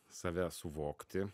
save suvokti